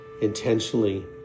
intentionally